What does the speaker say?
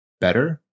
better